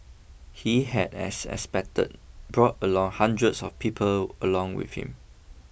he had as expected brought along hundreds of people along with him